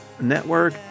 Network